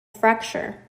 fracture